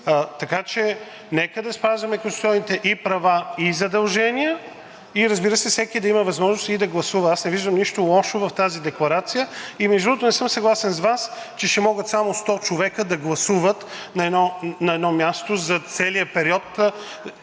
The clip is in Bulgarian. Така че нека да спазваме конституционните и права, и задължения, и, разбира се, всеки да има възможности и да гласува. Аз не виждам нищо лошо в тази декларация. И, между другото, не съм съгласен с Вас, че ще могат само 100 човека да гласуват на едно място за целия период.